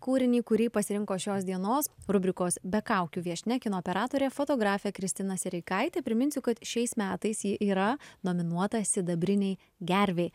kūrinį kurį pasirinko šios dienos rubrikos be kaukių viešnia kino operatorė fotografė kristina sereikaitė priminsiu kad šiais metais ji yra nominuota sidabrinei gervei